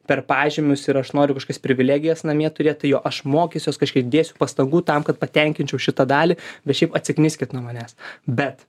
per pažymius ir aš noriu kažkokias privilegijas namie turėt tai jo aš mokysiuos kažkiek dėsiu pastangų tam kad patenkinčiau šitą dalį bet šiaip atsikniskit nuo manęs bet